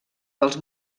dels